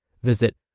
Visit